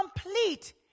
complete